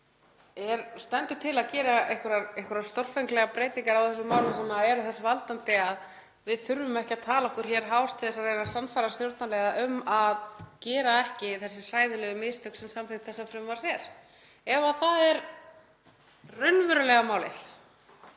stendur til að gera einhverjar stórfenglegar breytingar á þessum málum sem verða þess valdandi að við þurfum ekki að tala okkur hás til að reyna að sannfæra stjórnarliða um að gera ekki þau hræðilegu mistök sem samþykkt þessa frumvarps er. Ef það er raunverulega málið,